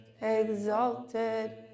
exalted